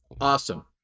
awesome